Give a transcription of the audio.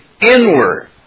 inward